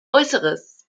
äußeres